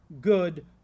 good